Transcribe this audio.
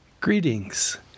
Greetings